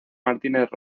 martínez